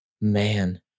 man